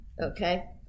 Okay